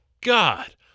God